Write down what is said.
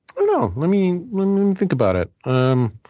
don't know. let me think about it. um